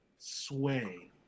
Sway